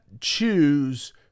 choose